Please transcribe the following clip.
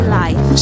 life